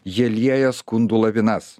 jie lieja skundų lavinas